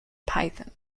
python